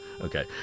Okay